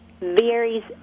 varies